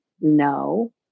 no